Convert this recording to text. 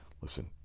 listen